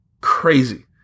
Crazy